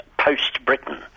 post-Britain